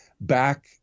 back